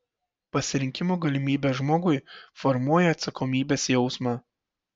pasirinkimo galimybė žmogui formuoja atsakomybės jausmą